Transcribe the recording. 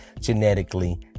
Genetically